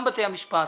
גם בתי המשפט,